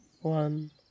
One